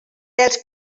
els